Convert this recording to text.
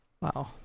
Wow